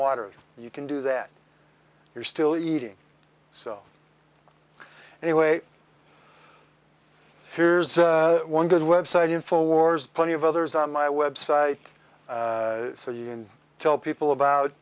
water you can do that you're still eating so anyway one good website info wars plenty of others on my website so you can tell people about